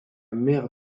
mère